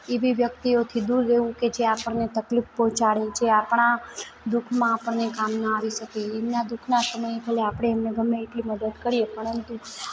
એવી વ્યક્તિઓથી દૂર રહેવું કે જે આપણને તકલીફ પહોંચાડે જે આપણા દુઃખમાં આપણને કામ ન આવી શેકે એમનાં દુઃખના સમયે ભલે આપણે એમને ગમે એટલી મદદ કરીએ